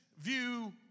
view